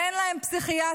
אין להם פסיכיאטרים,